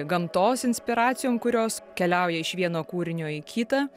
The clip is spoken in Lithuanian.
gamtos inspiracijom kurios keliauja iš vieno kūrinio į kitą